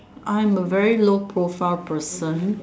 I'm a very low profile person